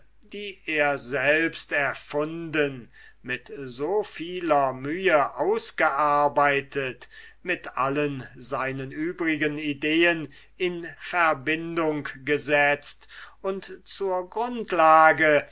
die er selbst erfunden mit so vieler mühe ausgearbeitet mit allen seinen übrigen ideen in verbindung gesetzt und zur grundlage